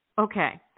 Okay